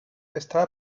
estaba